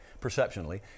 perceptionally